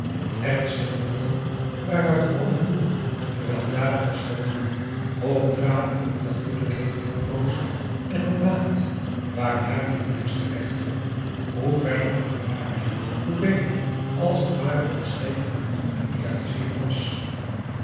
ernstige boeken waaruit alle humor gewelddadig was verbannen hoogdravende onnatuurlijkheden in proza en op maat waren haar lievelingsgep a daum hoe hij raad van indië werd onder ps maurits rechten hoe verder van de waarheid hoe beter als het maar op n stijve manier geïdealiseerd was